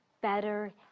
better